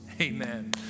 Amen